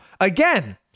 again